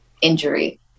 injury